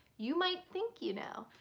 you might think you know,